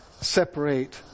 separate